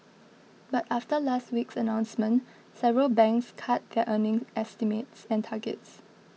but after last week's announcement several banks cut their earnings estimates and targets